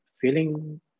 feeling